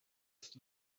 ist